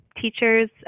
teachers